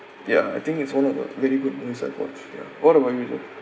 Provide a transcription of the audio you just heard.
ya I think it's one of the very good movies I've watched ya what about you jeffrey